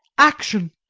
action!